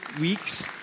weeks